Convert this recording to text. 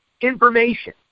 information